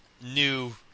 new